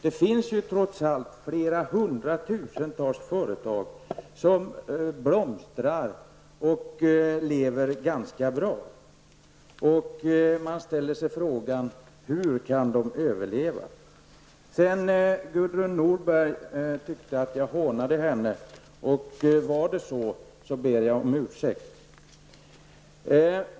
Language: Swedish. Det finns ju trots allt flera hundra tusen företag som blomstrar och går ganska bra. Jag undrar hur de kan överleva. Om Gudrun Norberg tyckte att jag hånade henne, ber jag om ursäkt.